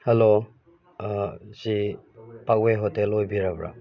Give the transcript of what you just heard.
hello ꯁꯤ ꯇꯋꯦ ꯍꯦꯇꯣꯜ ꯑꯣꯏꯕꯤꯔꯕ꯭ꯔꯥ